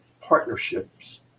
partnerships